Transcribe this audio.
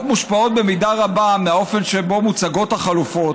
מושפעות במידה רבה מהאופן שבו מוצגות החלופות.